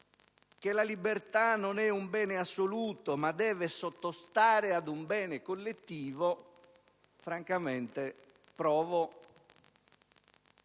che la libertà non è un bene assoluto, ma deve sottostare ad un bene collettivo, francamente mi